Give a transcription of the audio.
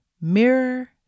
mirror